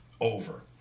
over